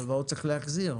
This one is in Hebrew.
הלוואות צריך להחזיר,